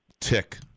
tick